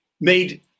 made